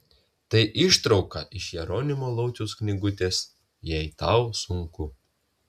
tai ištrauka iš jeronimo lauciaus knygutės jei tau sunku